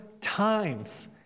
times